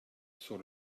sur